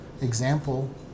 example